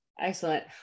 excellent